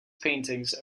paintings